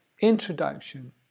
introduction